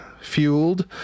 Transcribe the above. fueled